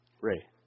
Ray